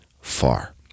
far